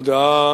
הודעה